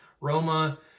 Roma